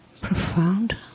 profound